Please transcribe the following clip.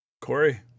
Corey